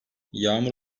yağmur